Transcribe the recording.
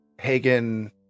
hagen